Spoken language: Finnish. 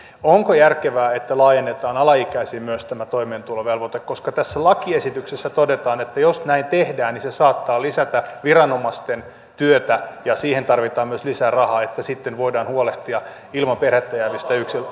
onko järkevää että laajennetaan myös alaikäisiin tämä toimeentulovelvoite koska tässä lakiesityksessä todetaan että jos näin tehdään se saattaa lisätä viranomaisten työtä ja siihen tarvitaan myös lisää rahaa että sitten voidaan huolehtia ilman perhettä jäävistä